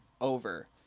over